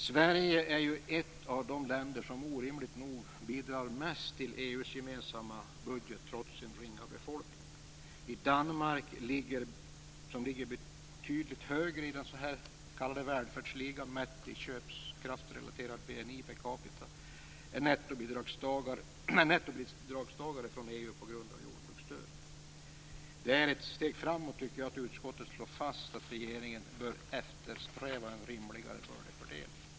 Sverige är ett av de länder som orimligt nog bidrar mest till EU:s gemensamma budget, trots sin ringa befolkning. Danmark, som ligger betydligt högre i den s.k. välfärdsligan mätt i köpkraftsrelaterad BNI per capita, är nettobidragstagare från EU på grund av jordbruksstödet. Jag tycker att det är ett steg framåt att utskottet slår fast att regeringen bör eftersträva en rimligare bördefördelning.